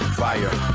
fire